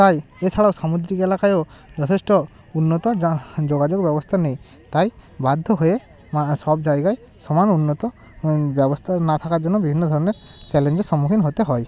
তাই এছাড়াও সামুদ্রিক এলাকায়ও যথেষ্ট উন্নত যোগাযোগ ব্যবস্থা নেই তাই বাধ্য হয়ে সব জায়গায় সমান উন্নত ব্যবস্থা না থাকার জন্য বিভিন্ন ধরনের চ্যালেঞ্জের সম্মুখীন হতে হয়